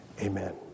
Amen